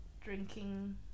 drinking